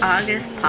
August